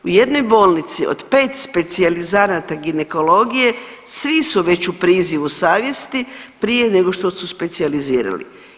U jednoj bolnici od 5 specijalizanata ginekologije svi su već u prizivu savjesti prije nego što su specijalizirali.